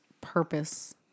purpose